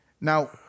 Now